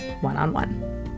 one-on-one